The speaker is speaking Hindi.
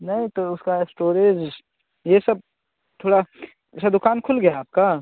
नहीं तो उसका इस्टोरेज ये सब थोड़ा अच्छा दुकान खुल गया है आपका